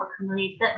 accumulated